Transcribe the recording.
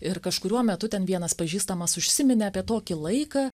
ir kažkuriuo metu ten vienas pažįstamas užsiminė apie tokį laiką